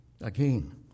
Again